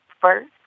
first